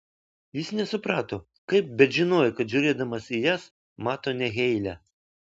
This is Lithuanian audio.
jis nesuprato kaip bet žinojo kad žiūrėdamas į jas mato ne heilę